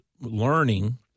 learning